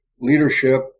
leadership